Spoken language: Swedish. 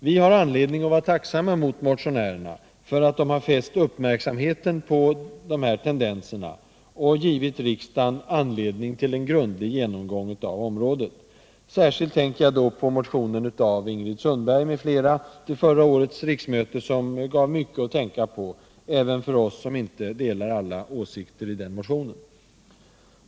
Det finns skäl att vara tacksam mot motionärerna för att de har fäst uppmärksamheten på de här tendenserna och givit riksdagen anledning till en grundlig genomgång av området. Särskilt tänker jag då på motionen av Ingrid Sundberg m.fl. till förra årets riksmöte, som gav mycket att tänka på — även för oss som inte delar alla åsikterna i den motionen.